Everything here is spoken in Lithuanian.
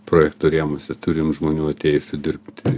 projekto rėmuose turim žmonių atėjusių dirbti